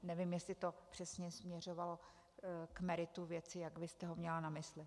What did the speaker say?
Nevím, jestli to přesně směřovalo k meritu věci, jak vy jste ho měla na mysli.